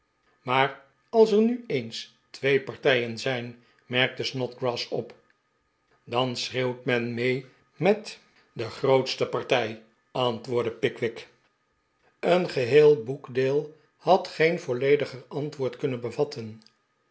maar als er nu eens twee partijen zijn merkte snodgrass op den schreeuwt men mee met de grootkennismaking met den heer pott ste partij antwoordde pickwick een geheel boekdeel had geen vollediger antwoord kunnen bevatten